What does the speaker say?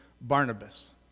Barnabas